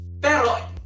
Pero